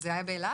זה היה באילת?